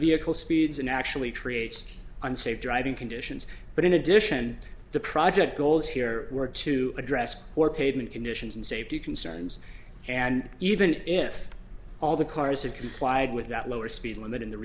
vehicle speeds and actually creates unsafe driving conditions but in addition the project goals here were to address or pavement conditions and safety concerns and even if all the cars had complied with that lower speed limit in